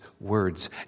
words